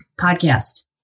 podcast